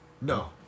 No